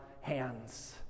hands